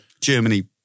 Germany